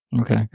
Okay